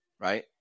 right